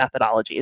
methodologies